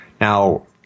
Now